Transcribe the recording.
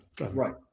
right